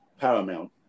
Paramount